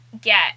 get